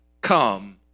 come